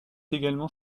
également